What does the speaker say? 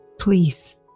Please